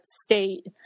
state